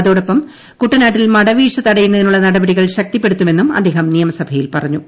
അതോടൊപ്പം കുട്ടനാട്ടിൽ മടവീഴ്ച തടയുന്നതിനുള്ള നടപടികൾ ശക്തിപ്പെടുത്തുമെന്നും അദ്ദേഹം നിയമസഭയിൽ പറഞ്ഞു